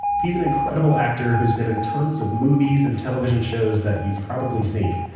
he's an incredible actor who's been in tons of movies and television shows that you've probably seen.